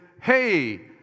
hey